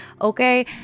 okay